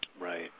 Right